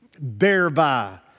thereby